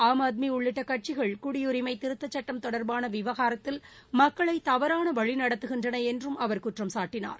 ஆம் ஆத்மி உள்ளிட்ட கட்சிகள் குடியுரிமை திருத்தச்சுட்டம் தொடர்பான விவகாரத்தில் மக்களை தவறாக வழி நடத்துகின்றன என்று அவர் குற்றம் சாட்டினார்